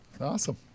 Awesome